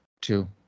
two